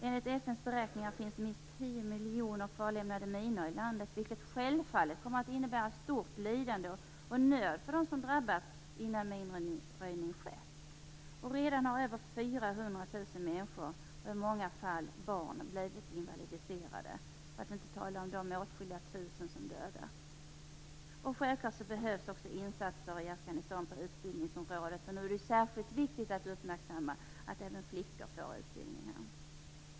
Enligt FN:s beräkningar finns det minst 10 miljoner kvarlämnade minor i landet, vilket självfallet kommer att innebära stort lidande och nöd för dem som kommer att drabbas innan minröjning skett. Redan har över 400 000 människor, i många fall barn, blivit invalidiserade. Åtskilliga tusen har dödats. Självklart behövs också insatser i Afghanistan på utbildningsområdet. Särskilt viktigt är det att uppmärksamma att även flickor får utbildning.